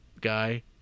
guy